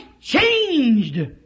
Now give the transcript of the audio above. changed